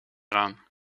eraan